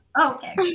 Okay